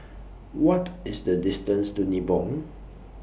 What IS The distance to Nibong